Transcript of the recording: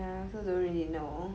ya I also don't really know